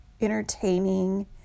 entertaining